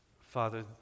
Father